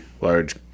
large